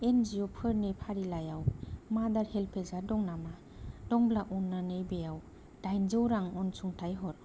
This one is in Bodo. एन जि अ फोरनि फारिलाइयाव मादार हेल्पेजआ दं नामा दंब्ला अन्नानै बेयाव दाइनजौ रां अनसुंथाइ हर